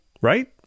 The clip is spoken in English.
right